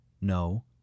No